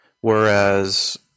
whereas